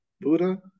Buddha